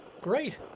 Great